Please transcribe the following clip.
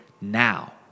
now